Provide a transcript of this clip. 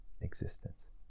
existence